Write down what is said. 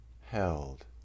held